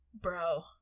Bro